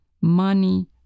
money